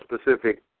specific